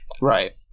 right